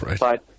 right